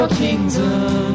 kingdom